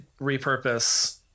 repurpose